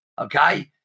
Okay